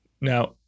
Now